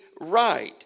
right